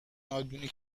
نادونی